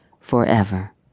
forever